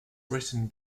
written